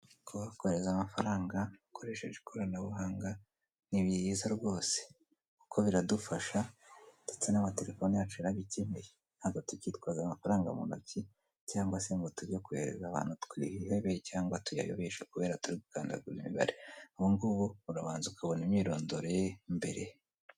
Kohereza amafaranga ukoresheje ikoranabuhanga ni byiza rwose kuko biradufasha ndetse n'amatelefoni yacu yarabikemuye ntabwo tukikoza amafaranga mu ntoki cyangwa tujye kuyoherereza abantu twihebe cyangwa tuyayobeshe kubera turi gukanda ku mibare. Ubu ngubu urabanza ukabona imyirondoro ye mbere.